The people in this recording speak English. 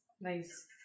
Nice